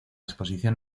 exposición